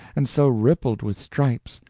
and so rippled with stripes,